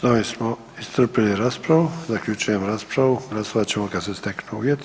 S ovim smo iscrpili raspravu, zaključujem raspravu. glasovat ćemo kad se steknu uvjeti.